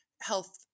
health